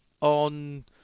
on